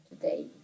today